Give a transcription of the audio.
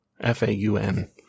F-A-U-N